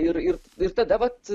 ir ir ir tada vat